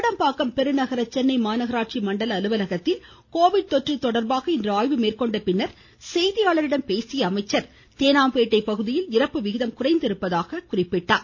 கோடம்பாக்கம் பெருநகர சென்னை மாநகராட்சி மண்டல அலுவலகத்தில் கோவிட் தொற்று தொடர்பாக இன்று ஆய்வு மேற்கொண்ட பின்னர் செய்தியாளர்களிடம் பேசிய அவர் தேனாம்பேட்டை பகுதியில் இறப்பு விகிதம் குறைந்திருப்பதாக எடுத்துரைத்தார்